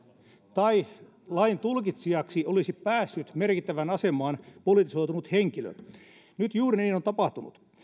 tai lain tulkitsijaksi olisi päässyt merkittävään asemaan politisoitunut henkilö nyt juuri niin on tapahtunut